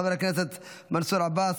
חבר הכנסת מנסור עבאס,